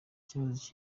ikibazo